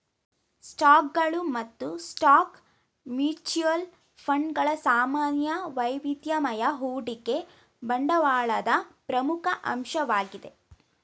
ಸ್ಟಾಕ್ಗಳು ಮತ್ತು stock mutual fund ಗಳ ಸಾಮಾನ್ಯ ವೈವಿಧ್ಯಮಯ ಹೂಡಿಕೆ ಬಂಡವಾಳದ ಪ್ರಮುಖ ಅಂಶವಾಗಿದೆ